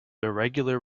irregular